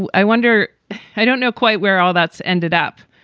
ah i wonder i don't know quite where all that's ended up,